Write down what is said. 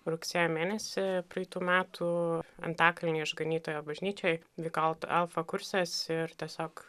rugsėjo mėnesį praeitų metų antakalnyje išganytojo bažnyčioje vyko alfa kursas ir tiesiog